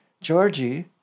Georgie